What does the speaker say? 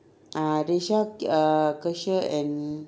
ah resiha uh kesiha and